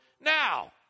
Now